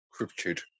cryptid